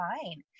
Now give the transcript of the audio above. fine